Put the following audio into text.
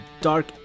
Dark